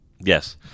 Yes